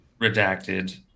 redacted